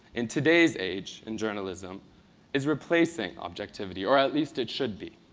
in today's age in journalism is replacing objectivity, or at least it should be.